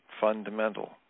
fundamental